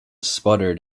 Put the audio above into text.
sputtered